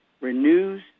renews